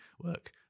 work